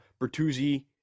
Bertuzzi